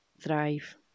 thrive